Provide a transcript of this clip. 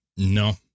No